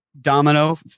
domino